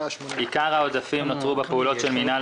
כאשר עיקר העודפים נוצרו בפעולות של מינהל